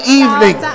evening